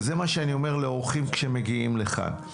וזה מה שאני אומר לאורחים כשמגיעים לכאן.